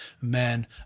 men